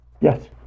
Yes